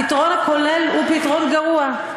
הפתרון הכולל הוא פתרון גרוע.